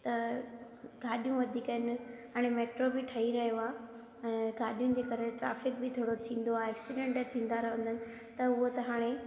त गाॾियूं वधीक आहिनि हाणे मेट्रो बि ठई रहियो आहे ऐं गाॾियुनि जे करे ट्राफिक बि थोड़ो थींदो आहे एक्सीडेंट थींदा रहंदा आहिनि त उहोअ त हाणे